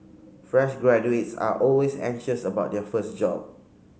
fresh graduates are always anxious about their first job